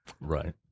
Right